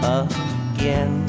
again